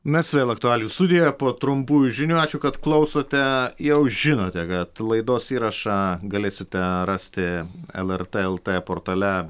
mes vėl aktualijų studijoje po trumpųjų žinių ačiū kad klausote jau žinote kad laidos įrašą galėsite rasti lrt lt portale